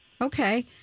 Okay